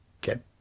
get